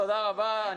תודה רבה.